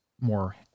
more